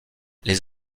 les